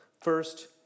First